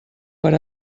per